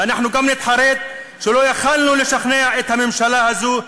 ואנחנו גם נתחרט שלא יכולנו לשכנע את הממשלה הזאת,